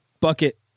bucket